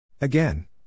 Again